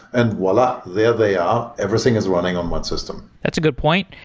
and viola! there they are. everything is running on one system. that's a good point.